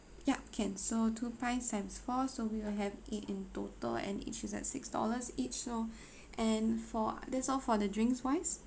yup can so two pints times four so we will have eight in total and each is at six dollars each so and for that's all for the drinks wise